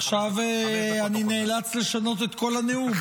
עכשיו אני נאלץ לשנות את כל הנאום.